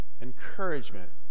encouragement